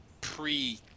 pre